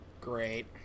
Great